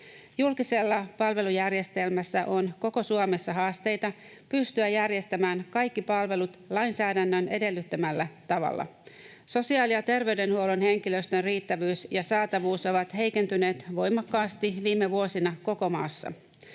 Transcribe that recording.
Julkisella palvelujärjestelmällä on koko Suomessa haasteita pystyä järjestämään kaikki palvelut lainsäädännön edellyttämällä tavalla. Sosiaali- ja terveydenhuollon henkilöstön riittävyys ja saatavuus ovat heikentyneet voimakkaasti viime vuosina koko maassa.